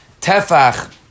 tefach